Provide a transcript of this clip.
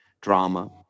Drama